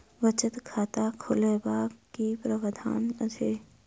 बचत खाता खोलेबाक की प्रावधान अछि?